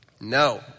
No